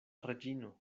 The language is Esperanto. reĝino